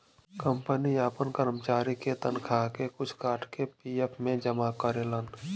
company आपन करमचारी के तनखा के कुछ काट के पी.एफ मे जमा करेलन